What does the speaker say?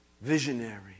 Visionary